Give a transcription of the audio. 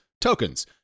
tokens